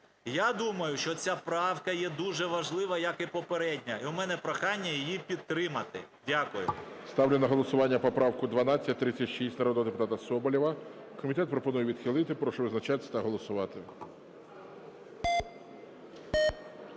я думаю, що ця правка є дуже важлива, як і попередня. І в мене прохання її підтримати. Дякую. ГОЛОВУЮЧИЙ. Ставлю на голосування поправку 1236 народного депутата Соболєва. Комітет пропонує відхилити. Прошу визначатись та голосувати.